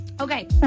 Okay